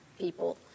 people